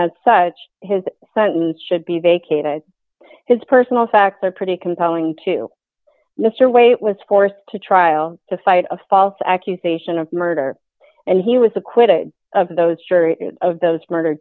as such his sentence should be vacated his personal facts are pretty compelling to mr weight was forced to trial to fight a false accusation of murder and he was acquitted of those jury of those murder